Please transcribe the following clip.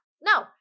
No